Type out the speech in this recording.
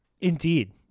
Indeed